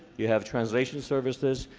you have translation services,